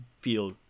feel